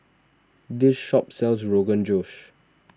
this shop sells Rogan Josh